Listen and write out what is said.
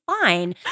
fine